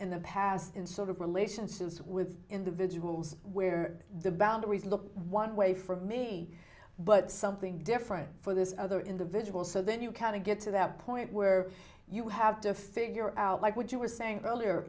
in the past in sort of relationships with individuals where the boundaries look one way for me but something different for this other individual so then you can get to that point where you have to figure out like what you were saying earlier